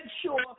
sure